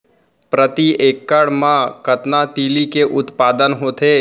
प्रति एकड़ मा कतना तिलि के उत्पादन होथे?